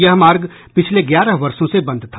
यह मार्ग पिछले ग्यारह वर्षो से बंद था